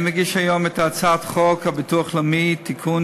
הצעת חוק הביטוח הלאומי (תיקון,